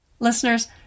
Listeners